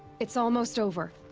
it's almost over!